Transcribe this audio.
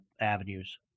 avenues